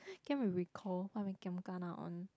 can't even recall what we giam kena on